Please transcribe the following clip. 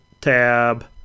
tab